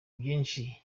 byinshi